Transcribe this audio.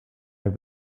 have